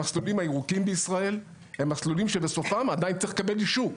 המסלולים הירוקים בישראל הם מסלולים שבסופם עדיין צריך לקבל אישור.